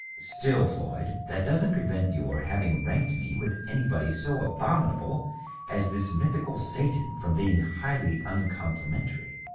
still, floyd, that doesn't prevent your having ranked me with any body so abominable as this mythical satan from being highly uncom plimentary.